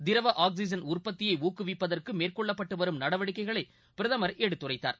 திரவ ஆக்ஸிஐன் உற்பத்தியை ஊக்குவிப்பதற்கு மேற்கொள்ளப்பட்டு வரும் நடவடிக்கைகளை பிரதமர் எடுத்துரைத்தார்